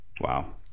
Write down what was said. Wow